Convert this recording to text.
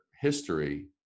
history